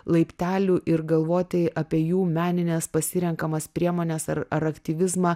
laiptelių ir galvoti apie jų menines pasirenkamas priemones ar ar aktyvizmą